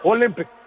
Olympic